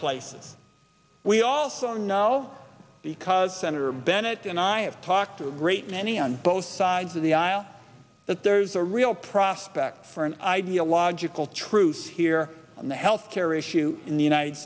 and we also know because senator bennett and i have talked a great many on both sides of the aisle that there's a real prospect for an ideological truce here on the health care issue in the united